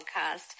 podcast